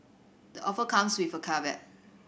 the offer comes with a caveat